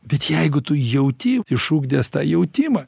bet jeigu tu jauti išugdęs tą jautimą